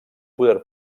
poder